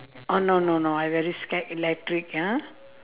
oh no no no I very scared electric ya